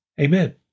Amen